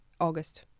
August